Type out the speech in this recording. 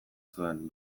zuen